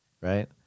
right